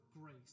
grace